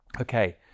Okay